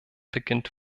beginnt